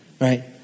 Right